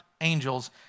angels